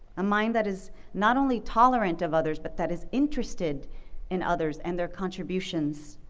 a mind that is not only tolerant of others but that is interested in others and their contributions.